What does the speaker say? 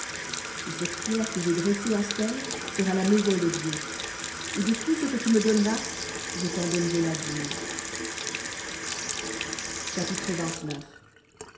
et cette pierre que j'ai dressée en stèle sera la maison de dieu et de tout ce que tu me donneras je t'en donnerai la dîme